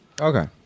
Okay